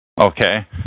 Okay